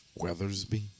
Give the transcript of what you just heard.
Weathersby